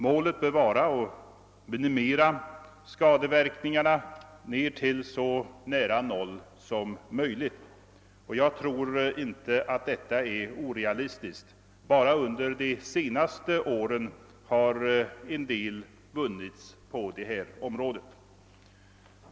Målet bör vara att få ned skadeverkningarna till så nära noll som möjligt. Jag tror inte att detta är orealistiskt. Bara under de senaste åren har en del åstadkommits på detta område.